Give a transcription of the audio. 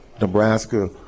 Nebraska